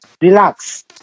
Relax